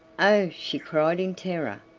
oh! she cried in terror,